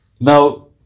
Now